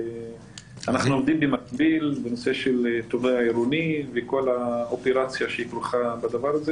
ואנחנו עובדים במקביל בנושא של תובע עירוני וכל האופרציה שכרוכה בזה.